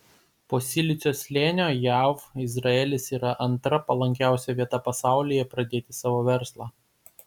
po silicio slėnio jav izraelis yra antra palankiausia vieta pasaulyje pradėti savo verslą